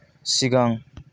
सिगां